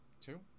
two